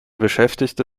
beschäftigte